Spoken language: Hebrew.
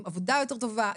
עם עבודה יותר טובה.